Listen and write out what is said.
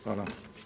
Hvala.